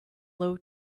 low